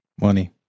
Money